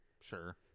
Sure